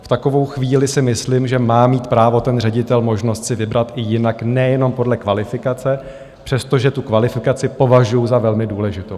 V takovou chvíli si myslím, že má mít právo ten ředitel možnost si vybrat i jinak, nejenom podle kvalifikace, přestože tu kvalifikaci považuju za velmi důležitou.